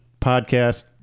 Podcast